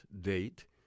date